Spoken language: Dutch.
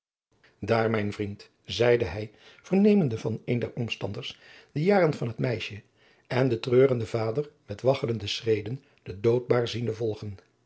daar mijn vriend zeide hij vernemende van een der omstanders de jaren van het meisje en den treurenden vader met waggelende schreden de doodbaar ziende volgen